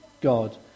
God